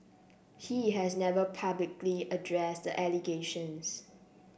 he has never publicly addressed the allegations